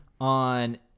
on